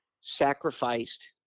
sacrificed